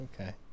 okay